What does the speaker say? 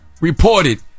Reported